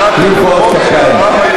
בלי מחיאות כפיים.